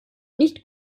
nicht